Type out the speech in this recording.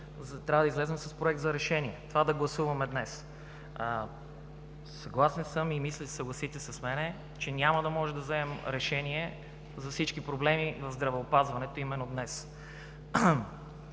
трябва да излезем с проект за решение и го гласуваме днес. Съгласен съм и мисля, че ще се съгласите с мен, че няма да може да вземем решение за всички проблеми в здравеопазването именно днес.